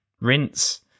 rinse